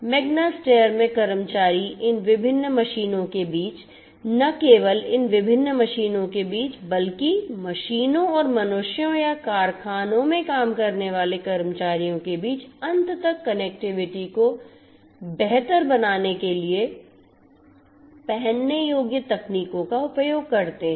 Magna Steyr में कर्मचारी इन विभिन्न मशीनों के बीच न केवल इन विभिन्न मशीनों के बीच बल्कि मशीनों और मनुष्यों या कारखाने में काम करने वाले कर्मचारियों के बीच अंत तक कनेक्टिविटी को बेहतर बनाने के लिए पहनने योग्य तकनीकों का उपयोग करते हैं